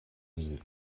min